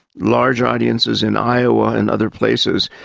large audiences in iowa and other places.